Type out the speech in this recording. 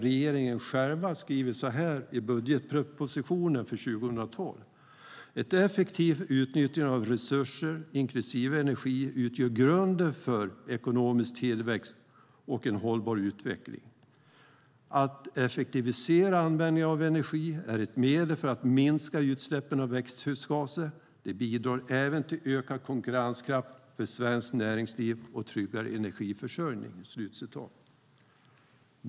Regeringen skriver själv i budgetpropositionen för 2012: "Ett effektivt utnyttjande av resurser, inklusive energi, utgör grunden för ekonomisk tillväxt och en hållbar utveckling. Att effektivisera användningen av energi är ett medel för att minska utsläppen av växthusgaser. Det bidrar även till ökad konkurrenskraft för svenskt näringsliv och en tryggare energiförsörjning."